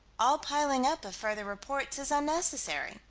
all piling up of further reports is unnecessary.